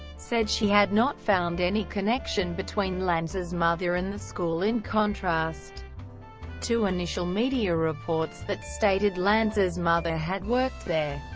said she had not found any connection between lanza's mother and the school in contrast to initial media reports that stated lanza's mother had worked there.